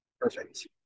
Perfect